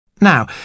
Now